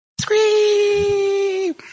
Scream